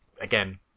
again